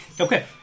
Okay